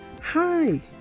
Hi